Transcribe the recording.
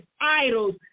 idols